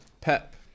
Pep